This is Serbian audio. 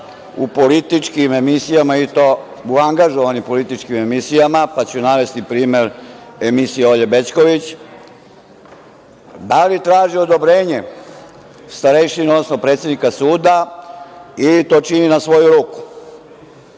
u političkim emisijama, i to u angažovanim političkim emisijama, pa ću navesti primer emisije Olje Bećković, da li traži odobrenje starešina, odnosno predsednika suda ili to čini na svoju ruku?